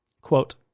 Quote